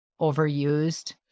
overused